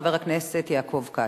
חבר הכנסת יעקב כץ.